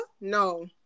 No